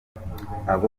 aba